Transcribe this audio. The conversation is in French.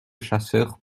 chasseur